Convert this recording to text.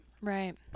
right